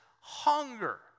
hunger